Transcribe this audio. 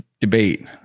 debate